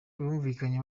bumvikanye